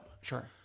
sure